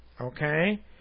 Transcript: Okay